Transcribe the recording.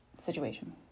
situation